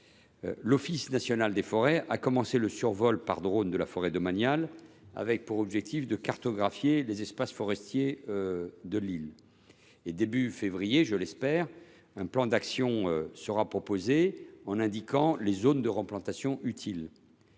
L’Office national des forêts (ONF) a commencé un survol par drone de la forêt domaniale, dans l’objectif de cartographier les espaces forestiers de l’île. Au début de février, je l’espère, un plan d’action sera proposé en indiquant les zones de replantation utiles.